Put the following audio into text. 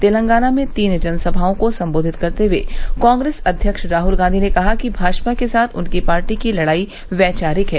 तेलगांना में तीन जनसभाओं को सम्बोधित करते हुए कांग्रेस अध्यक्ष राहुल गांधी ने कहा कि भाजपा के साथ उनकी पार्टी की लड़ाई पैचारिक है